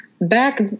back